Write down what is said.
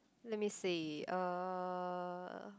let me see uh